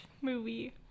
movie